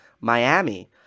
Miami